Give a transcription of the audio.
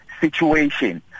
situation